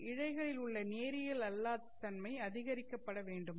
இழைகளில் உள்ள நேரியல் அல்லாத தன்மை அதிகரிக்கப்ப பட வேண்டுமா